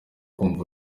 kumva